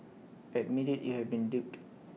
admit IT you have been duped